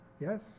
Yes